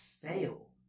fail